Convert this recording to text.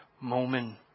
moment